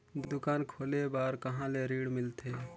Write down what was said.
दुकान खोले बार कहा ले ऋण मिलथे?